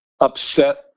upset